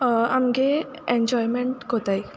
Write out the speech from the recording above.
आमगे एन्जॉयमेंट कोताय